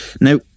Now